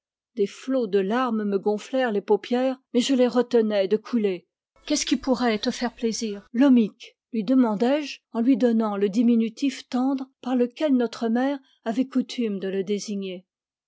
des flots de larmes me gonflèrent les paupières mais je les retenais de couler qu'est-ce qui pourrait te faire plaisir lom mic lui demandai-je en lui donnant le diminutif tendre par lequel notre mère avait coutume de le désigner